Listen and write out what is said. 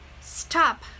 stop